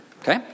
Okay